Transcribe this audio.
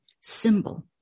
symbol